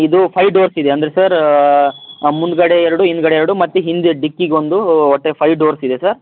ಇದು ಫೈ ಡೋರ್ಸಿದೆ ಅಂದರೆ ಸರ್ ಮುಂದುಗಡೆ ಎರಡು ಹಿಂದುಗಡೆ ಎರಡು ಮತ್ತು ಹಿಂದೆ ಡಿಕ್ಕಿಗೆ ಒಂದು ಒಟ್ಟು ಫೈ ಡೋರ್ಸಿದೆ ಸರ್